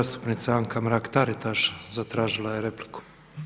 Zastupnica Anka Mrak-Taritaš zatražila je repliku.